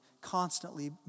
constantly